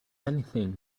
anything